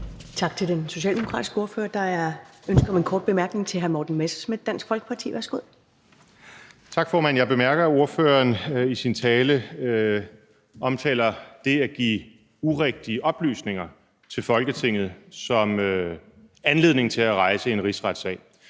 Tak til den socialdemokratiske ordfører. Der er ønske om en kort bemærkning til hr. Morten Messerschmidt, Dansk Folkeparti. Værsgo. Kl. 10:05 Morten Messerschmidt (DF): Tak, formand. Jeg bemærker, at ordføreren i sin tale omtaler det at give urigtige oplysninger til Folketinget som anledning til at rejse en rigsretssag.